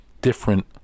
different